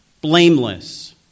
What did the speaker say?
blameless